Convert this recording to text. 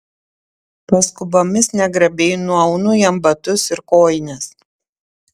paskubomis negrabiai nuaunu jam batus ir kojines